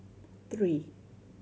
three